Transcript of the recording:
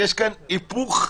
יש היפוך.